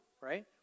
right